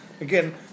again